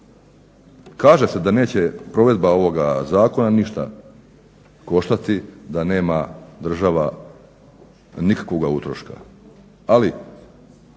Kaže se da neće provedba ovoga zakona ništa koštati, da nema država nikakvoga utroška,